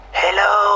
hello